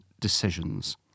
decisions